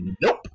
nope